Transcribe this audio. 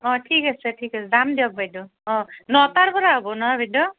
অ ঠিক আছে ঠিক আছে যাম দিয়ক বাইদেউ অ নটাৰ পৰা হ'ব নহয় বাইদেউ